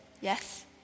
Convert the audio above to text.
Yes